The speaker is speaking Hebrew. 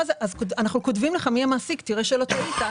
זה אנחנו כותבים לך מי המעסיק כדי שתראה שלא טעית.